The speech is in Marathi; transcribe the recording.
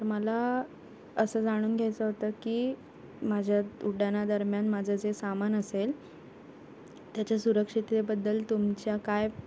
तर मला असं जाणून घ्यायचं होतं की माझ्या उड्डाणादरम्यान माझं जे सामान असेल त्याच्या सुरक्षिततेबद्दल तुमच्या काय